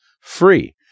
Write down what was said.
free